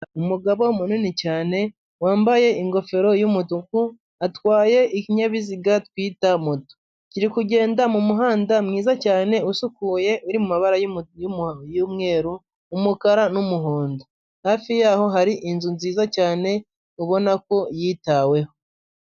Umugabo munini cyane wambaye ingofero y'umutuku atwaye ikinyabiziga twite moto, kiri kugenda mu muhanda mwiza cyane usukuye, uri mu mabara y'umweru umukara n'umuhondo, hafi yaho hari inzu nziza cyane ubona ko yitaweho.